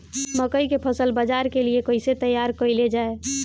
मकई के फसल बाजार के लिए कइसे तैयार कईले जाए?